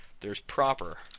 there's proper,